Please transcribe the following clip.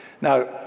Now